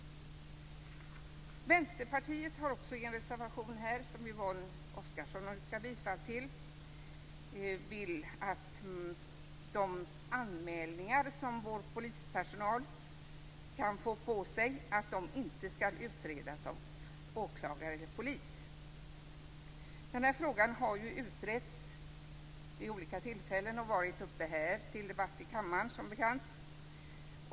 Vänsterpartiet har i en reservation, som Yvonne Oscarsson yrkade bifall till, anfört att man vill att de anmälningar som vår polispersonal kan få på sig inte skall utredas av åklagare eller polis. Den här frågan har ju utretts vid olika tillfällen och har också som bekant varit uppe till debatt här i kammaren.